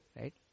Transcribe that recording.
right